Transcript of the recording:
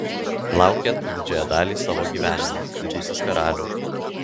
laukėt didžiąją dalį savo gyvenimo didysis karaliau